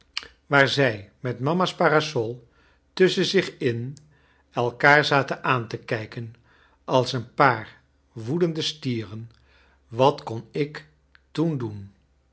waar zij met mama's parasol tusschen zich in elkaar zaten aan te kijken als een paar woedende stieren wat kon ik toen doen